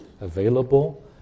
available